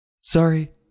Sorry